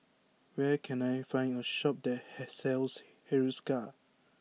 where can I find a shop that hey sells Hiruscar